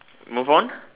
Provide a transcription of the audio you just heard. move on